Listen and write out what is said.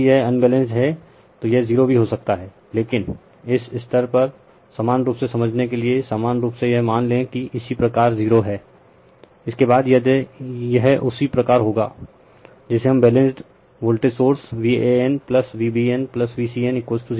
यदि यह अनबैलेंस्ड हैतो यह 0 भी हो सकता है लेकिन इस स्तर पर समान रूप से समझने के लिए समान रूप से यह मान ले कि इसी प्रकार 0 हैं इसके बाद यह उसी प्रकार होगा जिसे हम बैलेंस्ड वोल्टेज सोर्स VanVbnVcn 0 कहते हैं